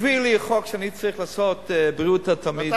יביאו לי חוק שאני צריך לעשות בריאות התלמיד,